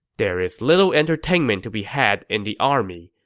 there is little entertainment to be had in the army.